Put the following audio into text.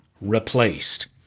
replaced